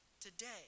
today